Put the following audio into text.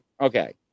okay